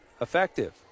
effective